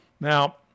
Now